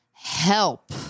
help